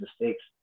mistakes